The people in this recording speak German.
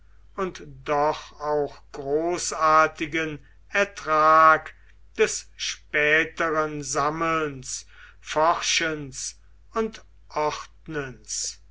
und doch auch großartigen ertrag des späteren sammelns forschens und ordnens